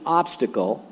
obstacle